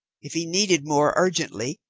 if he needed more, urgently,